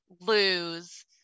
lose